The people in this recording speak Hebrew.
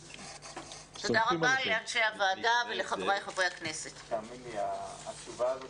10:48.